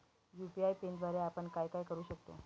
UPI पिनद्वारे आपण काय काय करु शकतो?